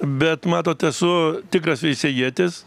bet matot esu tikras veisiejietis